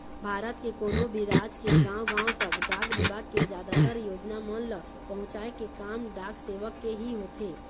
भारत के कोनो भी राज के गाँव गाँव तक डाक बिभाग के जादातर योजना मन ल पहुँचाय के काम डाक सेवक के ही होथे